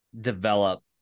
develop